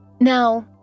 Now